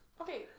Okay